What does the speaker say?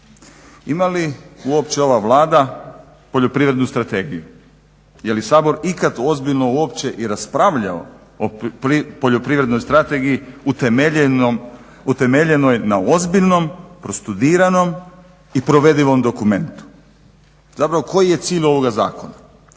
Ima li uopće ova Vlada poljoprivrednu strategiju. Je li Sabor ikad ozbiljno uopće i raspravljao o poljoprivrednoj strategiji utemeljenoj na ozbiljnom, prostudiranom i provedivom dokumentu. Zapravo koji je cilj ovoga zakona?